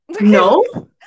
no